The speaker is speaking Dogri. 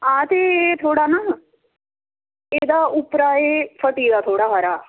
आं ते थोह्ड़ा ना एह्दा उप्परा एह् फट्टी दा एह् थोह्ड़ा हारा सारा